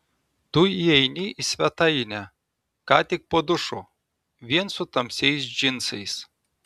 tu įeini į svetainę ką tik po dušo vien su tamsiais džinsais